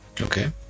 Okay